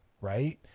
right